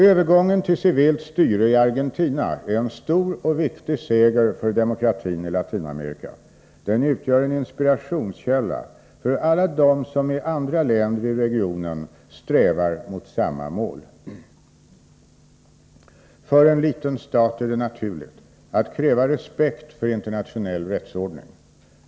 Övergången till civilt styre i Argentina är en stor och viktig seger för demokratin i Latinamerika. Den utgör en inspirationskälla för alla dem som i andra länder i regionen strävar mot samma mål. För en liten stat är det naturligt att kräva respekt för internationell rättsordning.